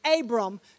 Abram